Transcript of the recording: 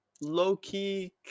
low-key